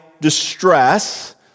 distress